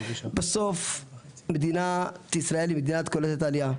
בסוף מדינת ישראל היא מדינה קולטת עלייה.